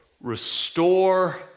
Restore